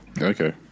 Okay